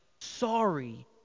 sorry